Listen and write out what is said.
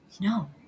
No